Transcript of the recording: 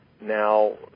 Now